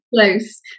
Close